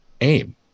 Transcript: aim